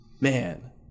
Man